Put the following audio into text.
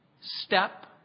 step